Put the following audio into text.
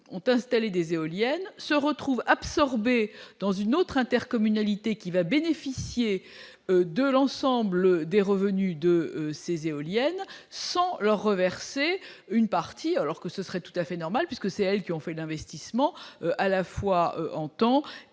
ont installé des éoliennes se retrouvent absorbé dans une autre intercommunalités qui va bénéficier de l'ensemble des revenus de ses éoliennes sans leur reverser une partie alors que ce serait tout à fait normal puisque c'est elle qui ont fait d'investissements à la fois en temps